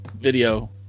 video